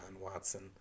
Watson